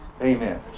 Amen